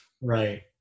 Right